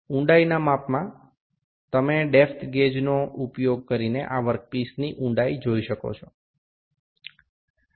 ઊંડાઈ ના માપમાં તમે ડેપ્થ ગેજનો ઉપયોગ કરીને આ વર્કપીસની ઊંડાઈ જોઈ શકો છો